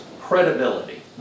credibility